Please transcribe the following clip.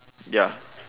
ya